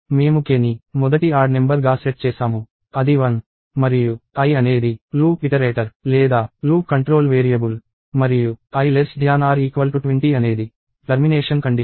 మేము k ని మొదటి ఆడ్ నెంబర్ గా సెట్ చేసాము అది 1 మరియు i అనేది లూప్ ఇటరేటర్ లేదా లూప్ కంట్రోల్ వేరియబుల్ మరియు i 20 అనేది టర్మినేషన్ కండిషన్